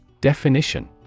Definition